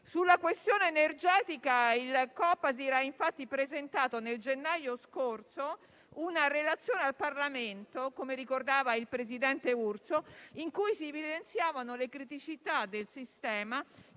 Sulla questione energetica, il Copasir ha infatti presentato, nel gennaio scorso, una relazione al Parlamento - come ricordava il presidente Urso - in cui si evidenziavano le criticità del sistema